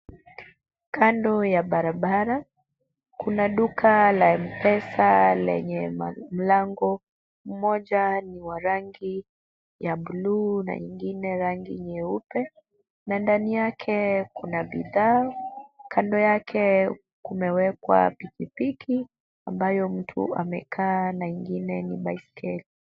Kando ya barabara kuna duka la mpesa lenye mlango mmoja ni wa rangi ya blue na ingine rangi nyeupe na ndani yake kuna bidhaa. Kando yake kumewekwa pikipiki ambayo mtu amekaa na ingine ni baiskeli.